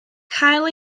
cael